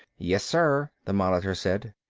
yes, sir, the monitor said.